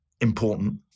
important